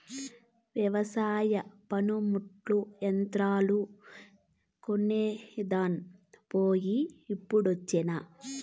వెవసాయ పనిముట్లు, యంత్రాలు కొనేదాన్ పోయి ఇప్పుడొచ్చినా